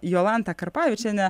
jolantą karpavičienę